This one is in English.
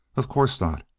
of course not.